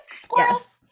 squirrels